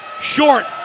short